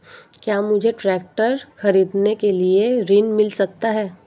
क्या मुझे ट्रैक्टर खरीदने के लिए ऋण मिल सकता है?